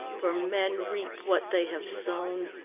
for men reap what they have sown.